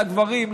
לגברים,